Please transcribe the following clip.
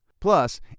Plus